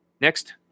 Next